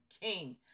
King